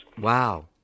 Wow